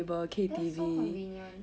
that's so convenient